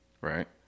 right